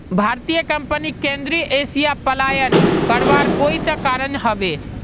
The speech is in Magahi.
भारतीय कंपनीक केंद्रीय एशिया पलायन करवार कोई त कारण ह बे